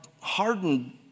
hardened